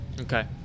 Okay